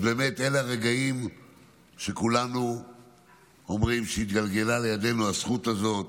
אז באמת אלו הרגעים שכולנו אומרים שהתגלגלה לידינו הזכות הזאת.